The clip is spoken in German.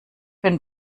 bin